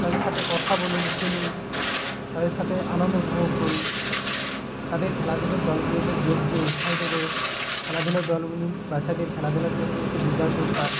তাদের সাথে কথা বলুন খেলুন তাদের সাথে আনন্দ উপভোগ করুন তাদের খেলাধুলোর দলগুলিতে যোগ দিয়ে উৎসাহিত করুন খেলাধুলার দলগুলি বাচ্ছাদের খেলাধুলার জন্য একটি দুর্দান্ত উপায়